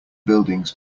buildings